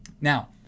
Now